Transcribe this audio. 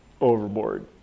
overboard